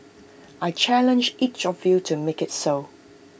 I challenge each of you to make IT so